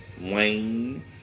Wayne